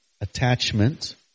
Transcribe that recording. attachment